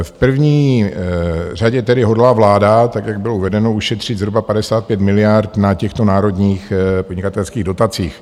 V první řadě tedy hodlá vláda, tak jak bylo uvedeno, ušetřit zhruba 55 miliard na těchto národních podnikatelských dotacích.